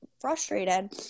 frustrated